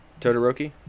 Todoroki